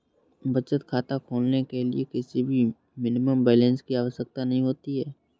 बचत खाता खोलने के लिए किसी भी मिनिमम बैलेंस की आवश्यकता नहीं होती है